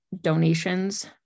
donations